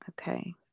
okay